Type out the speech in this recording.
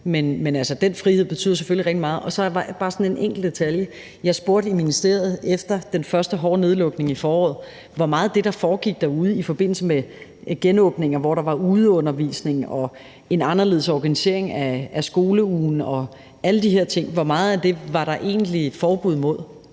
men den frihed betyder altså selvfølgelig rigtig meget. Der er så bare sådan en enkelt detalje. Jeg spurgte i ministeriet efter den første hårde nedlukning i foråret, hvor meget af det, der foregik derude i forbindelse med genåbningen, og hvor der var udeundervisning og en anderledes organisering af skoleugen og alle de her ting, der egentlig var et forbud imod